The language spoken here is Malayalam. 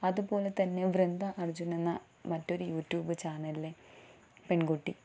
അതുപോലെ തന്നെ വൃന്ദ അർജുനെന്ന മറ്റൊരു യൂട്യൂബ് ചാനലിലെ പെൺകുട്ടി